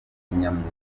kinyamwuga